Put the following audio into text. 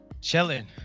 Chilling